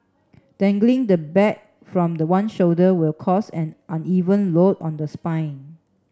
dangling the bag from the one shoulder will cause an uneven load on the spine